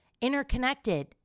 interconnected